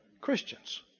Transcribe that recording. Christians